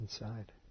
inside